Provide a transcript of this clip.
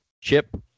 Chip